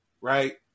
right